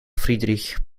friedrich